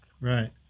Right